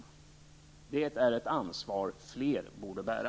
Men det är ett ansvar som fler borde bära.